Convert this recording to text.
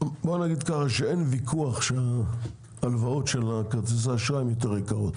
אין ויכוח שההלוואות של כרטיסי האשראי הן יותר יקרות.